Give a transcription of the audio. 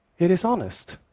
it is honest.